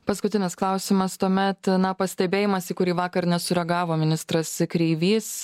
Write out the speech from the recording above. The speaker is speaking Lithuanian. paskutinis klausimas tuomet na pastebėjimas į kurį vakar nesureagavo ministras kreivys